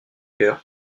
cœur